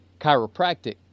chiropractic